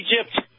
Egypt